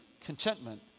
contentment